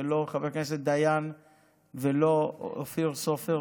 ולא חבר הכנסת דיין ולא אופיר סופר,